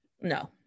no